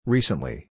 Recently